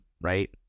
right